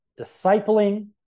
discipling